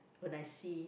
when I see